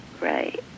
right